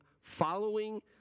following